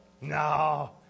No